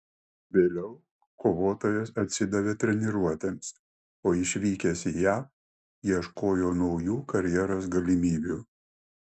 vėliau kovotojas atsidavė treniruotėms o išvykęs į jav ieškojo naujų karjeros galimybių